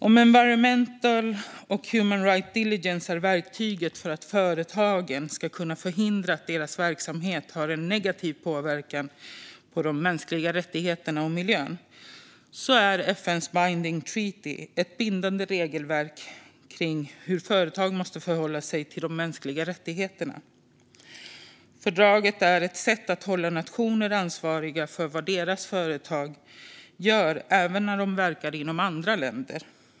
Om environmental and human rights due diligence är verktyget för att företagen ska kunna förhindra att deras verksamhet har en negativ påverkan på de mänskliga rättigheterna och miljön är FN:s binding treaty ett bindande regelverk för hur företag måste förhålla sig till de mänskliga rättigheterna. Fördraget är ett sätt att hålla nationer ansvariga för vad deras företag gör, även när de verkar inom andra länder.